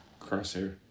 Crosshair